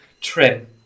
trim